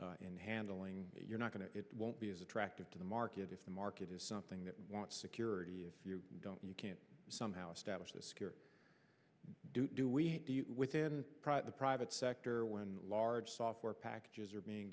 in handling you're not going to it won't be as attractive to the market if the market is something that wants security if you don't you can't somehow establish this do we within the private sector when large software packages are being